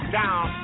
down